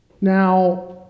Now